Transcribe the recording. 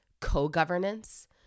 co-governance